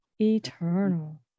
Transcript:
eternal